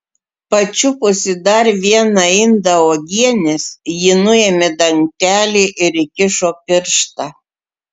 pačiupusi dar vieną indą uogienės ji nuėmė dangtelį ir įkišo pirštą